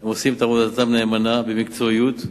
שהם עושים את עבודתם נאמנה, במקצועיות,